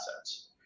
assets